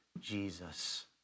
Jesus